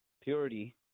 purity